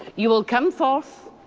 you will come forth.